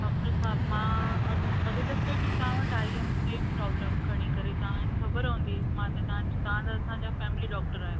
doctor साहिब मां अॻे दफ़े बि तव्हां वटि आई हुअमि सेम प्रॉब्लम खणी करे तव्हांखे ख़बर हूंदी मां त तव्हांज तव्हां त असांजा फैमिली डॉक्टर आहियो